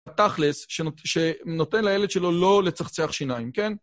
תכלס שנותן לילד שלו לא לצחצח שיניים, כן?